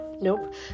Nope